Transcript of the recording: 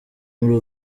muri